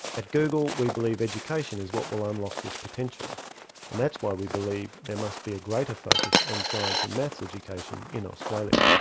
at google, we believe education is what will unlock this potential and that's why we believe there must be a greater focus on science and maths education in australia.